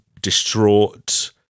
distraught